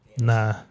Nah